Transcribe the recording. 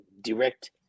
direct